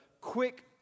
quick